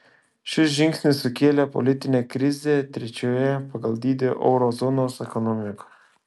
šis žingsnis sukėlė politinę krizę trečioje pagal dydį euro zonos ekonomikoje